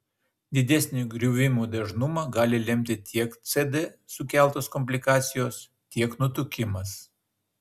didesnį griuvimų dažnumą gali lemti tiek cd sukeltos komplikacijos tiek nutukimas